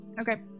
Okay